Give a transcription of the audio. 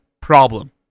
problem